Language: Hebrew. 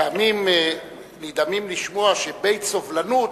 פעמים נדהמים לשמוע שבית סובלנות